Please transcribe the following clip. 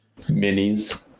Minis